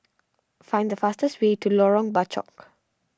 find the fastest way to Lorong Bachok